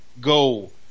go